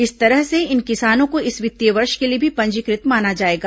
इस तरह से इन किसानों को इस वित्तीय वर्ष के लिए भी पंजीकृत माना जाएगा